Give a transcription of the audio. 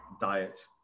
diet